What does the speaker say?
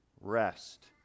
Rest